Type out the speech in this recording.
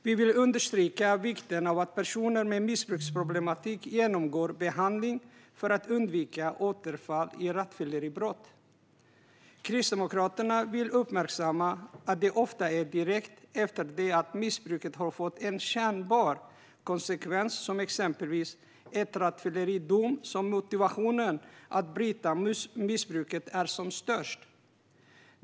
Vi vill understryka vikten av att personer med missbruksproblematik genomgår behandling för att undvika återfall i rattfylleribrott. Kristdemokraterna vill uppmärksamma det faktum att det ofta är direkt efter att missbruket har fått en kännbar konsekvens, exempelvis en rattfylleridom, som motivationen att bryta missbruket är som störst.